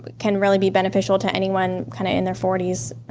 but can really be beneficial to anyone kind of in their forty s,